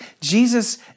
Jesus